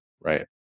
Right